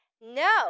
No